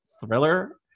thriller